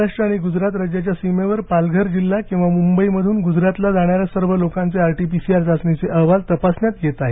महाराष्ट्र आणि गुजरात राज्याच्या सीमेवर पालघर जिल्हा किंवा मुंबईमधून गुजरातला जाणाऱ्या सर्व लोकांचे आरटीपीसीआर चाचणीचे अहवाल तपासण्यात येत आहेत